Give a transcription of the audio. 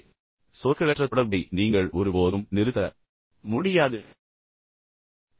எனவே சொற்களற்ற தொடர்பை நீங்கள் ஒருபோதும் நிறுத்த முடியாது எனவே இது பற்றிய சுவாரஸ்யமான உண்மை இதுதான்